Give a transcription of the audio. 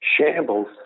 shambles